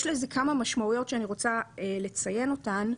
יש לזה כמה משמעויות שאני רוצה לציין אותן.